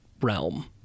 realm